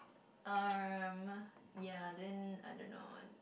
um ya then I don't know one